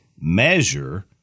measure